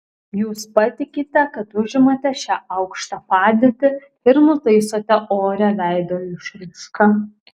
jūs patikite kad užimate šią aukštą padėtį ir nutaisote orią veido išraišką